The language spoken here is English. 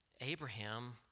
Abraham